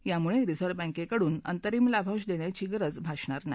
यामुळे रिझर्व्ह बँकेकडून अंतरिम लाभांश देण्याची गरज भासणार नाही